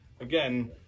again